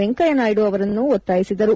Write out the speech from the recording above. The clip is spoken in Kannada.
ವೆಂಕಯ್ನನಾಯ್ತು ಅವರನ್ನು ಒತ್ತಾಯಿಸಿದರು